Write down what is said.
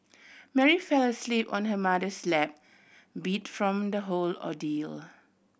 Mary fell asleep on her mother's lap beat from the whole ordeal